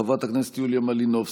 חברת הכנסת יוליה מלינובסקי.